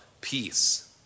peace